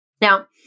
Now